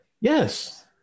Yes